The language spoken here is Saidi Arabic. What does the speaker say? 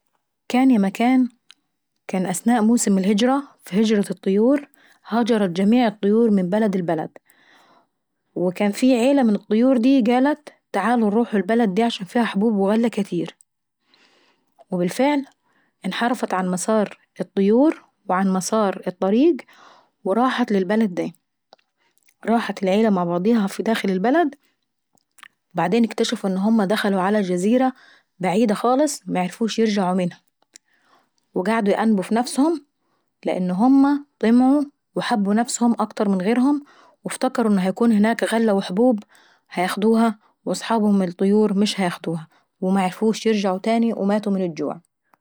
كان ياما كان، كان اثناء موسم الهجة في هجرة الطيور هاجرت جميع الطيور من بلد لبلد. وكان في عيلة من الطيور داي قالت تعالوا نروحوا البلد دي عشان فيها حبوب وغلة كاتير. وبالفعل انحرفت عن مسار الطيور وعن مسار الطريق، وراحت للبلد داي. راحت العيلة مع بعضيها لداخل البلد. وبعدين اكتشفوا ان هما دخلوا على جزيرة بعيدة خالص معرفوش يرجعوا منها. وقعدوا يأنبوا ف نفسهم لان هما طمعوا وحبوا نفسهم اكتر من غيرهم وافتكروا ان في هناك غلة وحبوب هياخدوها واصحابهم مش هياخدوها. ومعرفوش يرجعوا تاني وماتوا من الجوع.